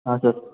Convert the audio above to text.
हाँ सर